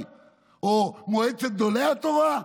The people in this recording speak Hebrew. או אולי מועצת גדולי התורה,